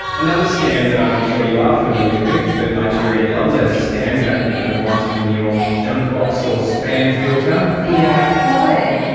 another scam that i'm sure you are familiar with, the nigerian love letters scam that you know winds up in your junk box or spam filter. the, yeah hi,